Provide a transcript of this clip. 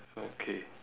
okay